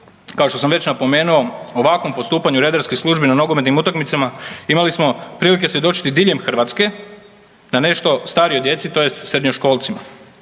Kao što sam već napomenuo ovakvom postupanju redarskih službi na nogometnim utakmicama imali smo prilike svjedočiti diljem Hrvatske na nešto starijoj djeci tj. srednjoškolcima.